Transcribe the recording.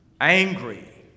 angry